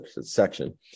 section